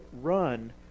run